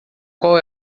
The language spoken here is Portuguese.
qual